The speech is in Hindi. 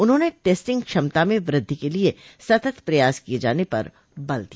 उन्होंने टेस्टिंग क्षमता में वृद्धि के लिये सतत प्रयास किये जाने पर बल दिया